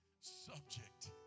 subject